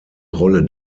rolle